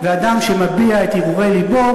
ואדם שמביע את הרהורי לבו,